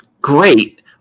great